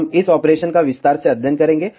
हम इस ऑपरेशन का विस्तार से अध्ययन करेंगे